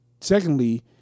Secondly